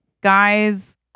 Guys